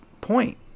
point